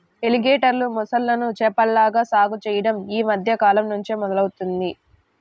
ఎలిగేటర్లు, మొసళ్ళను చేపల్లాగా సాగు చెయ్యడం యీ మద్దె కాలంనుంచే మొదలయ్యింది